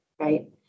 right